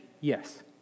Yes